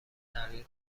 تغییر